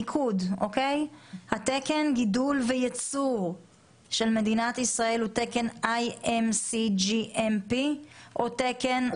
תקן גידול וייצור של מדינת ישראל הוא תקן IMC GAP או GAP?